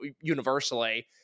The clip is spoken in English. universally